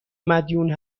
مدیون